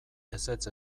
ezetz